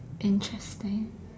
interesting